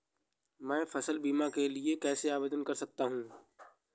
मैं फसल बीमा के लिए कैसे आवेदन कर सकता हूँ?